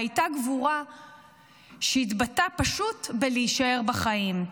והייתה גבורה שהתבטאה פשוט בלהישאר בחיים.